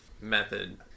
method